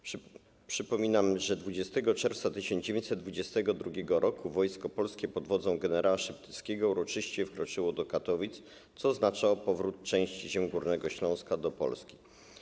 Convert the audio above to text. Przypominam, że 20 czerwca 1922 r. Wojsko Polskie pod wodzą gen. Szeptyckiego uroczyście wkroczyło do Katowic, co oznaczało powrót części ziem Górnego Śląska do Polski.